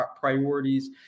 priorities